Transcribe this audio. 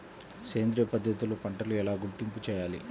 సేంద్రియ పద్ధతిలో పంటలు ఎలా గుర్తింపు చేయాలి?